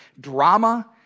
drama